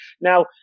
Now